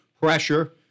pressure